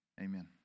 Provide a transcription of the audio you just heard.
Amen